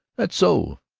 that's so,